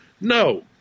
No